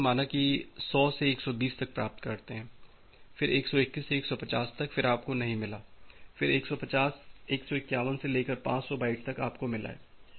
ठीक है तो माना कि 100 से 120 तक प्राप्त करते हैं फिर 121 से 150 तक फिर आपको नहीं मिला फिर 151 से लेकर 500 बाइट तक आपको मिला है